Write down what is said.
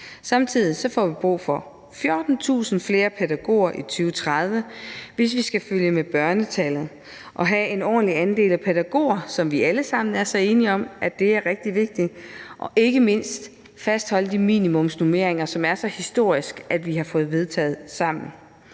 Samtidig får vi brug for 14.000 flere pædagoger i 2030, hvis vi skal følge med børnetallet og have en ordentlig andel af pædagoger, som vi alle sammen er så enige om er rigtig vigtigt, og ikke mindst hvis vi skal fastholde de minimumsnormeringer, som det er så historisk at vi har fået vedtaget sammen.